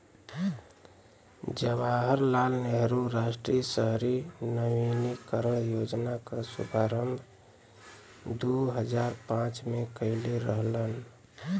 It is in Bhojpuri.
जवाहर लाल नेहरू राष्ट्रीय शहरी नवीनीकरण योजना क शुभारंभ दू हजार पांच में कइले रहलन